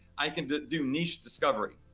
i can do do niche discovery.